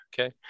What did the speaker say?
Okay